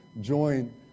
join